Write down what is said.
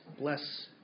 Bless